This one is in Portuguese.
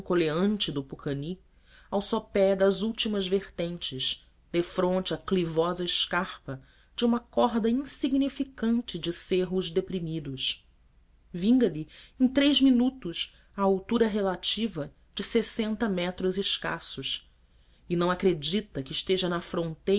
pucani ao sopé das últimas vertentes defronte a clivosa escarpa de uma corda insignificante de cerros deprimidos vinga lhe em três minutos a altura relativa de sessenta metros escassos e não acredita que esteja na fronteira